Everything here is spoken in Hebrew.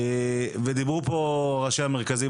דיברו פה ראשי המרכזים,